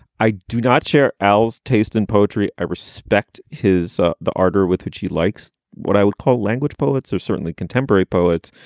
i do not share al's taste in poetry. i respect his ardor with which he likes what i would call language. poets are certainly contemporary poets,